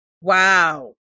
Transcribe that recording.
Wow